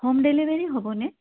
home delivery হ'বনে